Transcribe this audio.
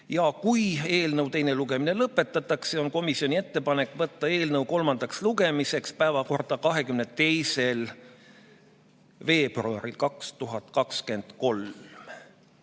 ja kui eelnõu teine lugemine lõpetatakse, on komisjoni ettepanek võtta eelnõu kolmandaks lugemiseks päevakorda 22. veebruaril 2023.